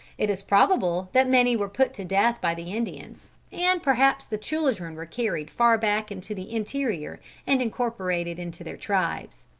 it is probable that many were put to death by the indians, and perhaps the children were carried far back into the interior and incorporated into their tribes.